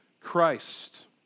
Christ